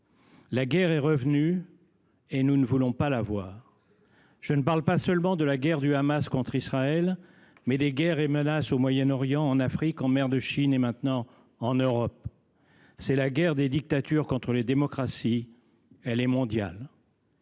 La guerre est revenue, et nous ne voulons pas la voir. Je ne parle pas seulement de la guerre du Hamas contre Israël. Je parle également des conflits et menaces au Moyen-Orient, en Afrique, en mer de Chine et maintenant en Europe. C’est la guerre des dictatures contre les démocraties ; elle est mondiale.